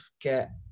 get